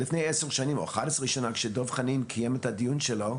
לפני 10-11 שנים כשדב חנין קיים את הדיון שלו,